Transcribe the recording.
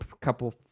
couple